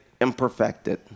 imperfected